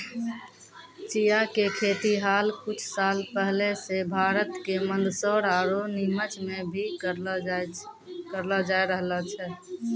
चिया के खेती हाल कुछ साल पहले सॅ भारत के मंदसौर आरो निमच मॅ भी करलो जाय रहलो छै